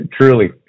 Truly